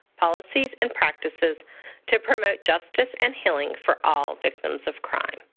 policies, and practices to promote justice and healing for all victims of crime.